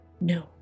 No